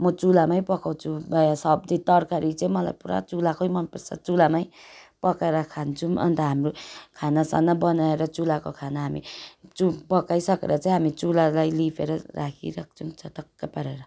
म चुल्हामै पकाउँछु प्राय सब्जी तरकारी चाहिँ मलाई पुरा चुल्हाकै मनपर्छ चुल्हामै पकाएर खान्छौँ अन्त हाम्रो खाना साना बनाएर चुल्हाको खाना हामी चु पकाइसकेर चाहिँ हामी चुल्हालाई लिपेर राखिराख्छौँ चटक्क पारेर